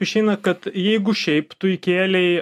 išeina kad jeigu šiaip tu įkėlei